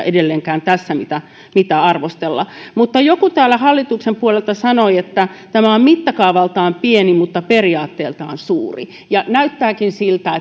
edelleenkään tässä sitä esitystä mitä arvostella mutta joku täällä hallituksen puolelta sanoi että tämä on mittakaavaltaan pieni mutta periaatteeltaan suuri näyttääkin siltä